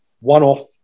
one-off